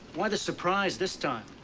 why the surprise this time?